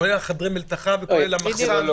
כולל חדרי מלתחה וכולל המחסן.